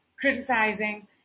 criticizing